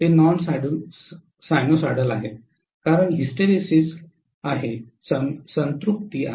ते non sinusoidal आहेत कारण हिस्टेरिसिस आहे संतृप्ति आहे